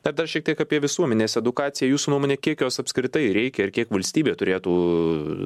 tada šiek tiek apie visuomenės edukaciją jūsų nuomone kiek jos apskritai reikia ir kiek valstybė turėtų